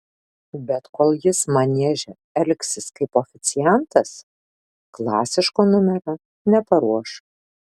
bet kol jis manieže elgsis kaip oficiantas klasiško numerio neparuoš